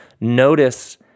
Notice